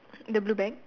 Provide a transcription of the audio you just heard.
the blue bag